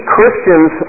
Christians